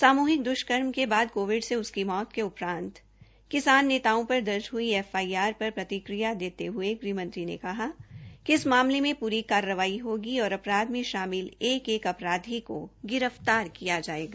सामूहिक द्ष्कर्म के बद कोविड से उसकी मौत के उपरान्त किसानों नेताओ पर दर्ज हई एफआईआर पर प्रतिक्रिया देते हये गृहमंत्री ने कहा कि इस मामले में प्री कार्रवाई होगी और अपराध मे शामिल एक एक अपराधी को गिरफ्तार किया जायेगा